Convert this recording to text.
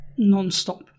nonstop